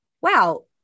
wow